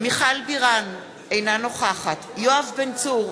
מיכל בירן, אינה נוכחת יואב בן צור,